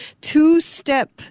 two-step